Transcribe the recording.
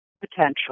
potential